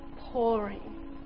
pouring